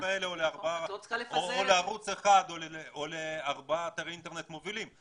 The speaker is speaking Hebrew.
האלה או לערוץ אחד או לארבעה אתרי אינטרנט מובילים.